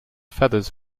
feathers